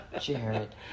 Jared